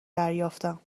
دریافتم